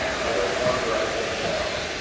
i don't wonder at them now,